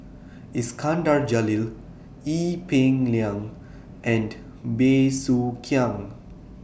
Iskandar Jalil Ee Peng Liang and Bey Soo Khiang